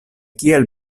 kial